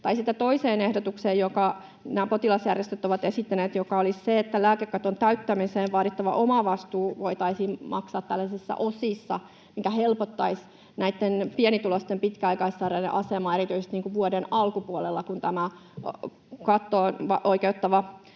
toiseen ehdotukseen, jota potilasjärjestöt ovat esittäneet, joka olisi se, että lääkekaton täyttämiseen vaadittava omavastuu voitaisiin maksaa osissa, mikä helpottaisi pienituloisten pitkäaikaissairaiden asemaa erityisesti vuoden alkupuolella, kun kattoon oikeuttava